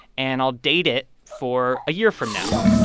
and i'll date it for a year from now. and